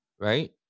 right